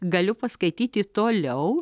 galiu paskaityti toliau